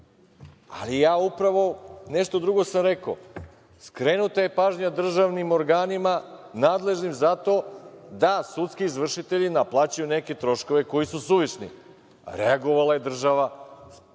ja upravo nešto drugo sam rekao, skrenuta je pažnja državnim organima, nadležnim, zato da sudski izvršitelji naplaćuju neke troškove koji su suvišni. Reagovala je država,